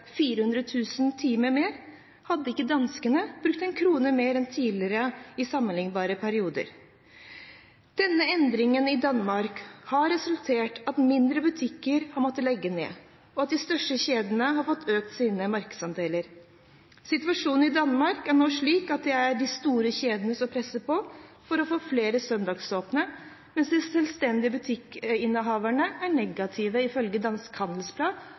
timer mer, hadde ikke danskene brukt én krone mer enn i tidligere, sammenlignbare perioder. Denne endringen i Danmark har resultert i at mindre butikker har måttet legge ned, og at de største kjedene har økt sine markedsandeler. Situasjonen i Danmark er nå slik at det er de store kjedene som presser på for å få flere til å holde søndagsåpent, mens de selvstendige butikkinnehaverne er negative, ifølge Dansk